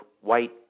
white